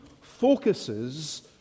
focuses